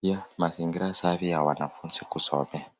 pia mazingira safi ya wanafunzi kusomea .